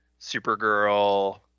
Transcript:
supergirl